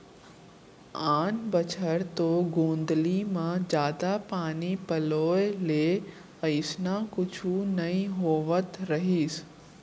आन बछर तो गोंदली म जादा पानी पलोय ले अइसना कुछु नइ होवत रहिस